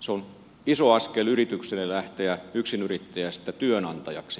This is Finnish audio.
se on iso askel yritykselle lähteä yksinyrittäjästä työnantajaksi